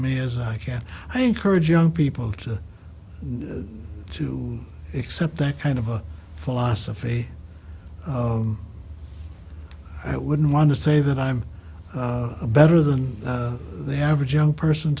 me as i can i encourage young people to to accept that kind of a philosophy i wouldn't want to say that i'm better than the average young person